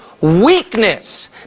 Weakness